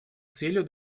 целью